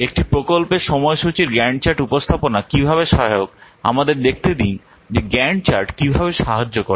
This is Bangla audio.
একটি প্রকল্পের সময়সূচির গ্যান্ট চার্ট উপস্থাপনা কীভাবে সহায়ক আমাদের দেখতে দিন যে গ্যান্ট চার্ট কীভাবে সাহায্য করে